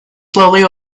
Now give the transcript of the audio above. slowly